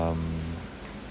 ~(um)